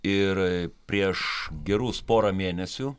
ir prieš gerus porą mėnesių